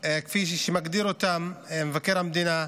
כפי שמגדיר אותם מבקר המדינה,